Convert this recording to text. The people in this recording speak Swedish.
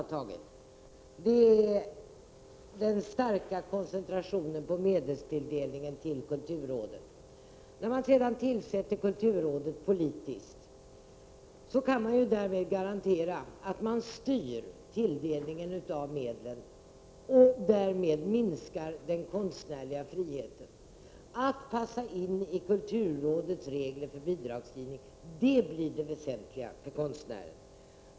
Ett av dem gäller den starka koncentrationen av medelstilldelningen till kulturrådet. Eftersom man tillsätter kulturrådet politiskt, kan man garantera att man styr tilldelningen av medlen. Den konstnärliga friheten minskar därmed. Det väsentliga för konstnärerna blir att passa in i kulturrådets regler för bidragsgivning.